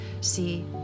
See